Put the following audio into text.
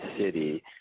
City